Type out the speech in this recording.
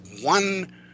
one